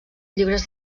llibres